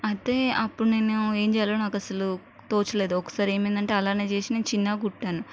అయితే అప్పుడు నేను ఏం చేయాలో నాకు అస్సలు తోచలేదు ఒకసారి ఏమైందంటే అలాగే చేసి నేను చిన్నగా కుట్టాను